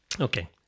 Okay